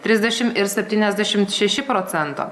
trisdešimt ir septyniasdešimt šeši procento